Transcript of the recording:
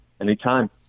anytime